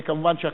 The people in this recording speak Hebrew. מובן שהכנסת